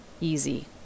easy